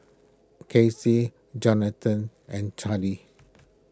Casey Johnathan and Charle